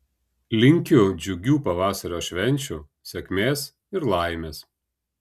linkiu džiugių pavasario švenčių sėkmės ir laimės